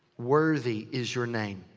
worthy is your name.